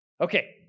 Okay